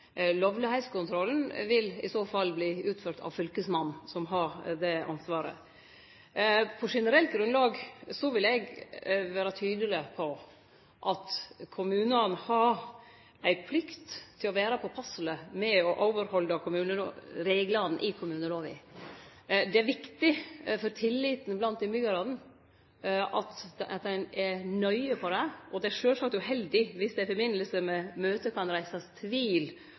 Lovlegheitskontrollen vil i så fall verte utført av fylkesmannen, som har det ansvaret. På generelt grunnlag vil eg vere tydeleg på at kommunane har ei plikt til å vere påpasselege med å overhalde reglane i kommunelova. Det er viktig for tilliten blant innbyggjarane at ein er nøye på det, og det er sjølvsagt uheldig viss det i samband med møte kan reisast tvil